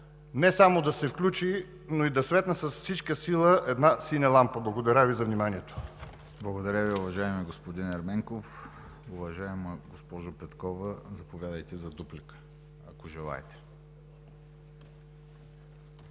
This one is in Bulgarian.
не само да се включи, но и да светне с всичка сила една синя лампа“. Благодаря Ви за вниманието. ПРЕДСЕДАТЕЛ ВЕСЕЛИН МАРЕШКИ: Благодаря Ви, уважаеми господин Ерменков. Уважаема госпожо Петкова, заповядайте за дуплика, ако желаете.